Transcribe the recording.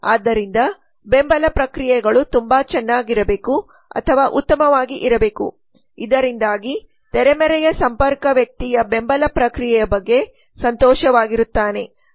ಆದ್ದರಿಂದ ಬೆಂಬಲ ಪ್ರಕ್ರಿಯೆಗಳು ತುಂಬಾ ಚೆನ್ನಾಗಿರಬೇಕು ಅಥವಾ ಉತ್ತಮವಾಗಿ ಇರಬೇಕು ಇದರಿಂದಾಗಿ ತೆರೆಮರೆಯ ಸಂಪರ್ಕ ವ್ಯಕ್ತಿಯು ಬೆಂಬಲ ಪ್ರಕ್ರಿಯೆಯ ಬಗ್ಗೆ ಸಂತೋಷವಾಗಿರುತ್ತಾನೆ